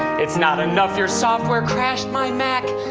it's not enough your software crashed my mac,